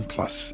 Plus